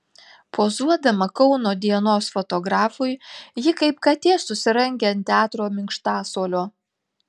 pozuodama kauno dienos fotografui ji kaip katė susirangė ant teatro minkštasuolio